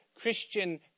Christian